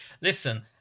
Listen